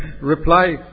Reply